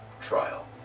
trial